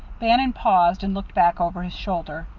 bannon paused and looked back over his shoulder.